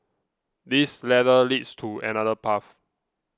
this ladder leads to another path